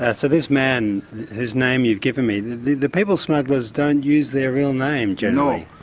ah so this man whose name you've given me, the the people smugglers don't use their real name generally.